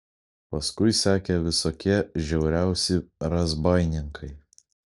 paskui sekė visokie žiauriausi razbaininkai